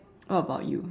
what about you